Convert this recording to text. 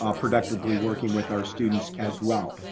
ah productively working with our students as well.